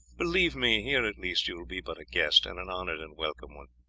believe me, here at least you will be but a guest, and an honoured and welcome one.